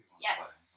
yes